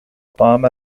طعام